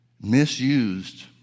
misused